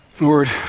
Lord